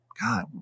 God